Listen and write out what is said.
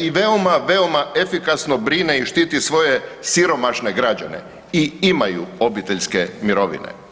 i veoma, veoma efikasno brine i štiti svoje siromašne građane i imaju obiteljske mirovine.